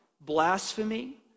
blasphemy